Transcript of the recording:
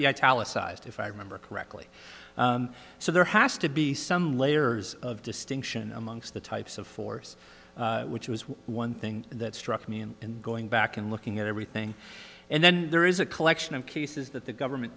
sized if i remember correctly so there has to be some layers of distinction amongst the types of force which was one thing that struck me and in going back and looking at everything and then there is a collection of cases that the government